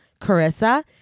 Carissa